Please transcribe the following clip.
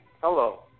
Hello